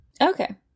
Okay